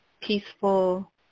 peaceful